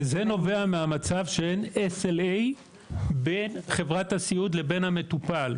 זה נובע מהמצב של SLA בין חברת הסיעוד לבין המטופל.